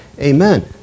Amen